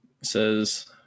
Says